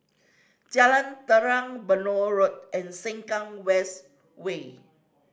Jalan Telang Benoi Road and Sengkang West Way